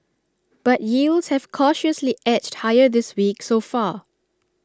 but yields have cautiously edged higher this week so far